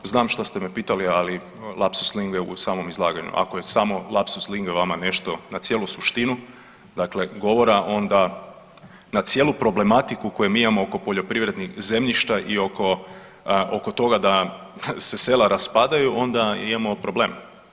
Znam što ste me pitali ali lapsus linguae u samom izlaganju, ako je samo lapsus linguae vama nešto na cijelu suštinu govora onda na cijelu problematiku koju mi imamo oko poljoprivrednih zemljišta i oko toga da se sela raspadaju onda imamo problem.